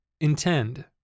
intend